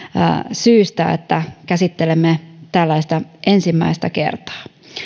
syystä että käsittelemme tällaista ensimmäistä kertaa